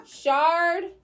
shard